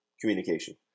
communication